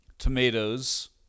Tomatoes